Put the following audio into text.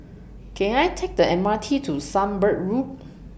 Can I Take The M R T to Sunbird Road